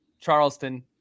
Charleston